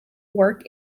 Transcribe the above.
work